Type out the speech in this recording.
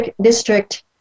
District